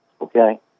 okay